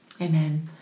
Amen